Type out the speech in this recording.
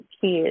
kids